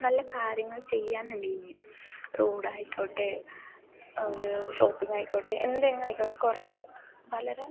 നല്ല കാര്യങ്ങൾ ചെയ്യാനുണ്ട് ഇനിയും റോഡായിക്കോട്ടെ ഒരു ഷോപ്പിങ്ങായിക്കോട്ടെ എന്തു വേണമെങ്കിലും ആയിക്കോട്ടെ കുറേ വളരെ